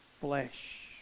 flesh